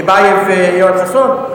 טיבייב ויואל חסון.